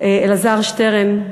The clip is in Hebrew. אלעזר שטרן,